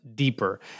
deeper